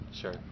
Sure